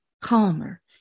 calmer